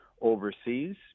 overseas